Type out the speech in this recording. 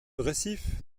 récif